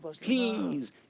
please